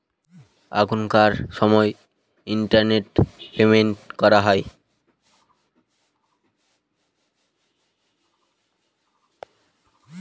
এখনকার সময় internet payment করা হয়